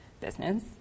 business